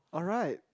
alright